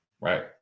Right